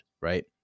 right